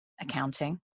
accounting